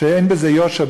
שאין בזה יושר,